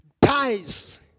dies